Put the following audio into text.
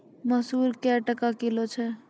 मसूर क्या टका किलो छ?